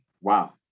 Wow